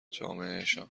جامعهشان